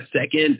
second